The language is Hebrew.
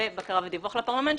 ובקרה ודיווח לפרלמנט,